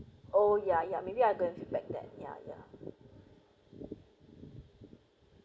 oh ya ya maybe I'm gonna feedback that ya ya